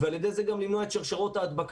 ועל ידי זה גם למנוע את שרשראות ההדבקה.